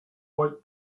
white